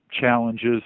challenges